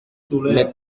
mais